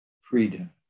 freedom